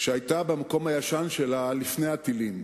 שהיתה במקום הישן שלה לפני הטילים.